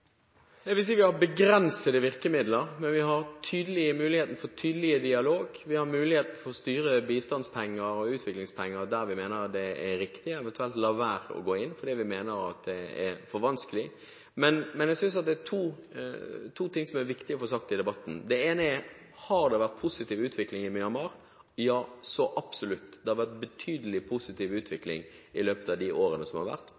Jeg vil si vi har begrensede virkemidler, men vi har muligheten for tydelig dialog, og vi har mulighet for å styre bistands- og utviklingspenger dit vi mener det er riktig, eventuelt la være å gå inn fordi vi mener at det er for vanskelig. Jeg synes det er to ting som er viktig å få sagt i debatten. Det ene er: Har det vært positiv utvikling i Myanmar? Ja, så absolutt, det har vært betydelig positiv utvikling i løpet av de årene som har vært